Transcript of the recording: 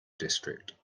district